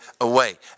away